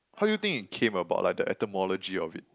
how you think it came about like the etymology of it